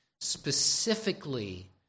specifically